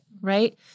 right